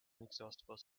inexhaustible